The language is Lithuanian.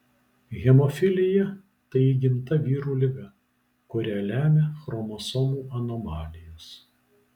hemofilija tai įgimta vyrų liga kurią lemia chromosomų anomalijos